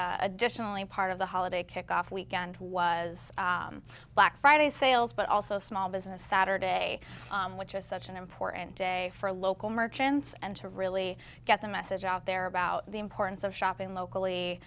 and additionally part of the holiday kickoff weekend was black friday sales but also small business saturday which is such an important day for local merchants and to really get the message out there about the importance of shopping locally